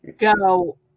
go